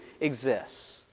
exists